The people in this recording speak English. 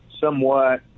somewhat